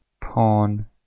Pawn